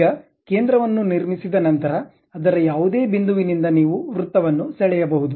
ಈಗ ಕೇಂದ್ರವನ್ನು ನಿರ್ಮಿಸಿದ ನಂತರ ಅದರ ಯಾವುದೇ ಬಿಂದುವಿನಿಂದ ನೀವು ವೃತ್ತವನ್ನು ಸೆಳೆಯಬಹುದು